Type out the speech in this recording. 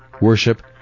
worship